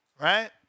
right